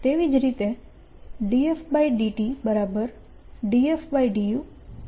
તેવી જ રીતે ∂f∂t∂f∂u